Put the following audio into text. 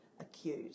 acute